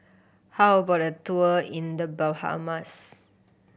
how about a tour in The Bahamas